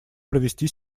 провести